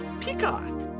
Peacock